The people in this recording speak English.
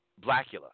Blackula